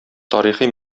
тарихи